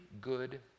good